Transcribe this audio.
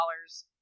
dollars